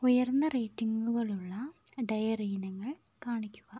ഉയർന്ന റേറ്റിംഗുകളുള്ള ഡയറി ഇനങ്ങൾ കാണിക്കുക